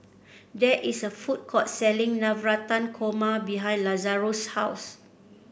there is a food court selling Navratan Korma behind Lazaro's house